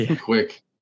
Quick